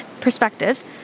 perspectives